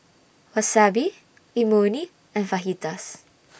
Wasabi Imoni and Fajitas